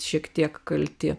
šiek tiek kalti